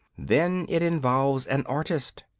then it involves an artist.